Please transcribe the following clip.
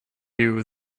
you